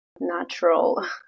natural